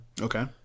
Okay